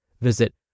Visit